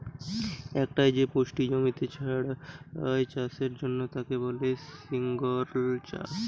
একটাই যে পুষ্টি জমিতে ছড়ায় চাষের জন্যে তাকে বলে সিঙ্গল সার